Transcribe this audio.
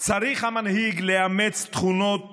צריך המנהיג לאמץ תכונות